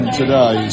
today